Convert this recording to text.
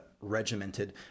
regimented